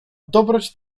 dobroć